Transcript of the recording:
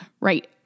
right